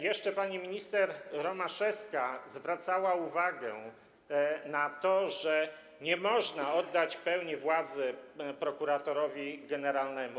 Jeszcze pani minister Romaszewska zwracała uwagę na to, że nie można oddać pełni władzy prokuratorowi generalnemu.